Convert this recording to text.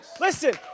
Listen